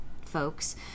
folks